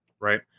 Right